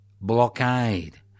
blockade